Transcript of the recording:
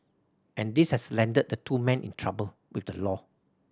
and this has landed the two men in trouble with the law